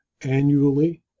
annually